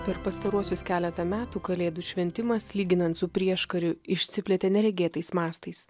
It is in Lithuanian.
per pastaruosius keletą metų kalėdų šventimas lyginant su prieškariu išsiplėtė neregėtais mastais